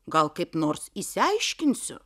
gal kaip nors išsiaiškinsiu